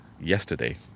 yesterday